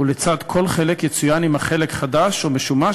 ולצד כל חלק יצוין אם החלק חדש או משומש,